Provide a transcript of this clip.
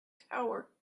tower